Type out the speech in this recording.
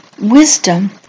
wisdom